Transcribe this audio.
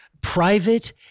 private